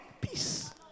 Peace